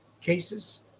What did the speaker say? cases